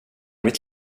mitt